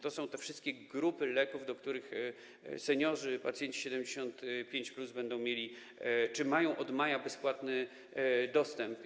To są te wszystkie grupy leków, do których seniorzy, pacjenci 75+, będą mieli czy mają od maja bezpłatny dostęp.